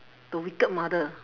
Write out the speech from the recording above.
the wicked mother